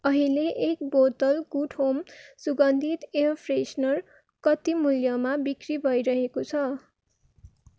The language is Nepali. अहिले एक बोतल गुड होम सुगन्धित एयर फ्रेसनर कति मूल्यमा बिक्री भइरहेको छ